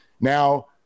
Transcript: Now